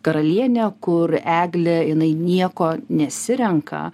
karalienė kur eglė jinai nieko nesirenka